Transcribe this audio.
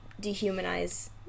dehumanize